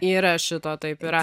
yra šito taip yra